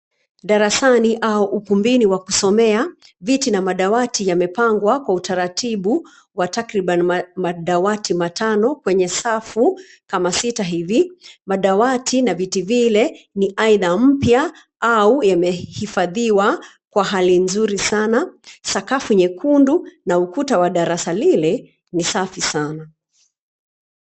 Darasani au ukumbini wa kusomea, viti na madawati yamepangwa kwa utaratibu wa takriban madawati matano kwenye safu kama sita hivi. Madawati na viti vile ni aidha mpya au yamehifadhiwa kwa hali nzuri sana. Sakafu nyekundu na ukuta wa darasa lile ni safi sana.